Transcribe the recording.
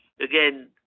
again